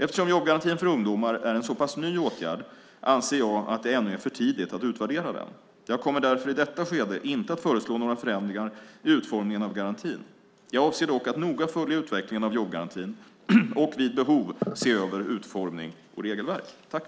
Eftersom jobbgarantin för ungdomar är en så pass ny åtgärd anser jag att det ännu är för tidigt att utvärdera den. Jag kommer därför i detta skede inte att föreslå några förändringar i utformningen av garantin. Jag avser dock att noga följa utvecklingen av jobbgarantin och, vid behov, se över utformning och regelverk.